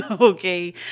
Okay